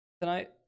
tonight